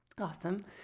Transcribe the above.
awesome